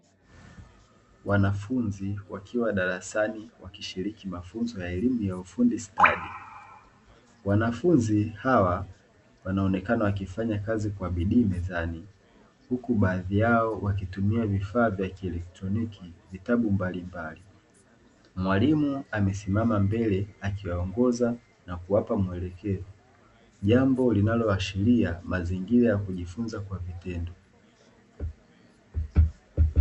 Wanafunzi wakiwa darasani wakishiriki mafunzo ya elimu ya ufundi stadi. Wanafunzi hawa wakionekana wakifanya kazi kwa bidii mezani, huku baadhi yao wakitumia vifaa vya kielektroniki na vitabu mbalimbali. Mwalimu amesimama mbele akiwaongoza na kuwapa maelekezo, jambo linaloashiria mazingira ya kujifunza kwa vitendo.